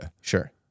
Sure